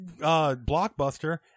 blockbuster